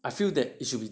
I feel that it should be